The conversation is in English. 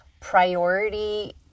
priority